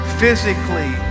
physically